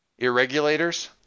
Irregulators